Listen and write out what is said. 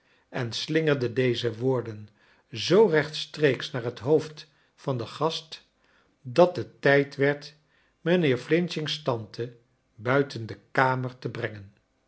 en slingerde deze woorden zoo rechtstreeks naar het hoofd van den gast dat het tijd werd mijnheer f's tante buiten de kamer te brengen